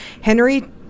Henry